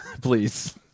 please